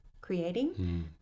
creating